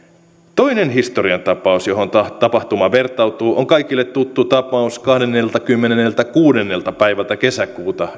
toinen historiantapaus johon tapahtuma vertautuu on kaikille tuttu tapaus kahdenneltakymmenenneltäkuudennelta päivältä kesäkuuta